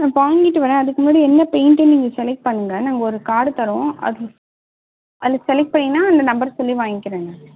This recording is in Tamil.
நான் வாங்கிட்டு வரேன் அதுக்கு முன்னாடி என்ன பெயிண்ட்டுனு நீங்கள் செலெக்ட் பண்ணுங்க நாங்கள் ஒரு கார்டு தரோம் அது அதில் செலெக்ட் பண்ணிங்கன்னால் அந்த நம்பர் சொல்லி வாங்கிக்கிறேன் நான்